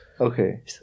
Okay